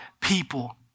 people